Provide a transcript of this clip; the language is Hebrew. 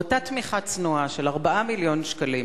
ואותה תמיכה צנועה של 4 מיליון שקלים,